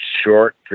short